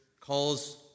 calls